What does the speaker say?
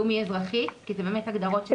לאומי-אזרחי כי זה באמת הגדרות שלה.